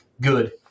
good